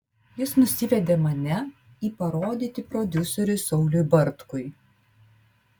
jis nusivedė mane į parodyti prodiuseriui sauliui bartkui